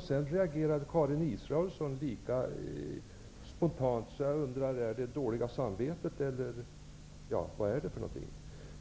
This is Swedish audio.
Sedan reagerade Karin Israelsson lika spontant på detta. Jag undrar om det är det dåliga samvetet som gör sig påmint eller något annat.